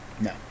No